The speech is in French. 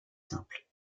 simples